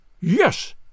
Yes